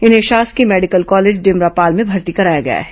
इन्हें शासकीय medical college Dimrapal में भर्ती कराया गया है